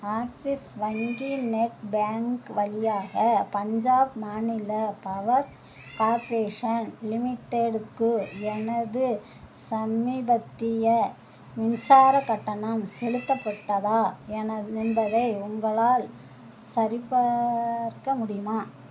axis வங்கி net bank வழியாக பஞ்சாப் மாநில பவர் கார்ப்ரேஷன் லிமிடெட்டுக்கு எனது சமீபத்திய மின்சாரக் கட்டணம் செலுத்தப்பட்டதா என என்பதை உங்களால் சரிப்பார்க்க முடியுமா